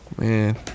Man